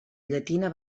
llatina